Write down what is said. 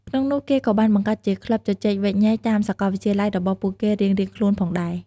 ក្នុងនោះ គេក៏បានបង្កើតជាក្លឹបជជែកវែកញែកតាមសកលវិទ្យាល័យរបស់ពួកគេរៀងៗខ្លួនផងដែរ។